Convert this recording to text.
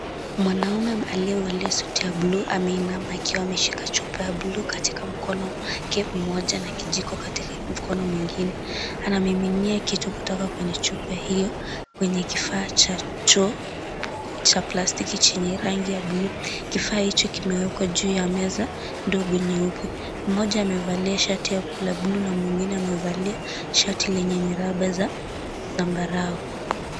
Mwanaume aliyevalia suti ya bluu ameinama akiwa ameshika chupa ya bluu katika mkono wake mmoja na kijiko katika mkono mwingine. Anamiminia kitu kutoka chupa kwenye hiyo kwenye kifaa cha choo cha plastiki chenye rangi ya bluu. Kifaa hichi kimewekwa juu ya meza ndogo nyeupe. mmoja amevalia shati la bluu na mwingine amevalia shati lenye miraba za zambarau.